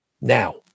Now